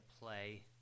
play